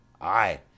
aye